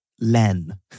Len